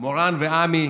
מורן ועמי,